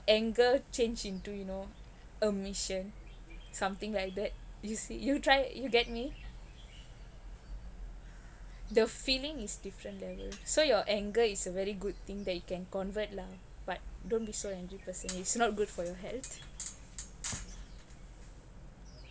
anger change into you know a mission something like that you see you try you get me the feeling is different level so your anger is a very good thing that you can convert lah but don't be so angry person it's not good for your health